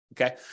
Okay